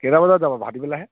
কেইটা বজাত যাব ভাটি বেলাহে